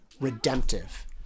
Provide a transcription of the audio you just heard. redemptive